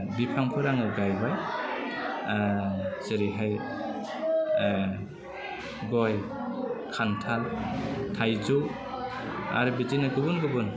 बिफांफोर आङो गायबाय जेरैहाय गय खान्थाल थाइजौ आरो बिदिनो गुबुन गुबुन